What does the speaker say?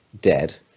dead